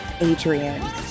Adrian